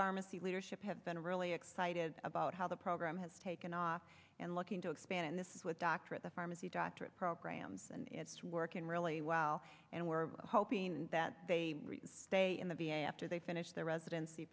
pharmacy leadership have been really excited about how the program has taken off and looking to expand and this is what dr at the pharmacy doctorate programs and it's working really well and we're hoping that they stay in the v a after they finish their residency